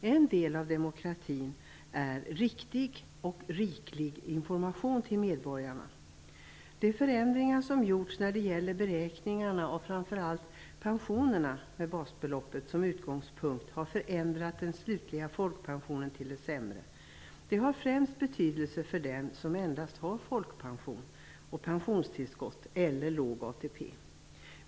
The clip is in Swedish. En del av demokratin är riktig och riklig information till medborgarna. De förändringar som gjorts när det gäller beräkningarna av framför allt pensionerna med basbeloppet som utgångspunkt har förändrat den slutliga folkpensionen till det sämre. Det har främst betydelse för dem som endast har folkpension och pensionstillskott eller låg ATP.